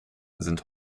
sind